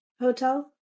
hotel